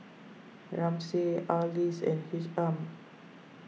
Ramsey Arlis and Isham